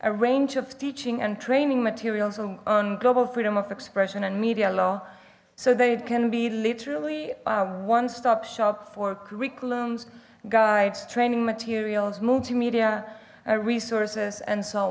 a range of teaching and training materials on global freedom of expression and media law so that it can be literally a one stop shop for curriculums guides training materials multimedia resources and so